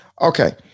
Okay